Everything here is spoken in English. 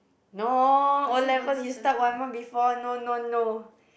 no O-levels you start one month before no no no